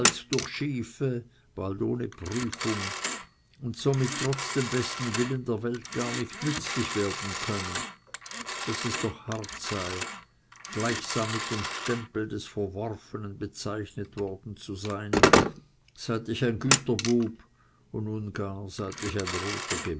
durch schiefe bald ohne prüfung und somit trotz dem besten willen der welt gar nicht nützlich werden könne daß es doch hart sei gleichsam mit dem stempel der verwerfung bezeichnet worden zu sein seit ich ein güterbub und nun gar seit ich ein roter